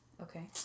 Okay